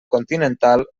continental